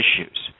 issues